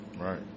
Right